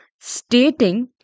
stating